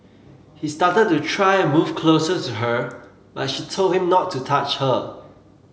he started to try and move closer to her but she told him not to touch her